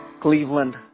Cleveland